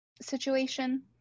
situation